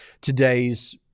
today's